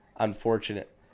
unfortunate